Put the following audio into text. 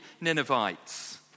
Ninevites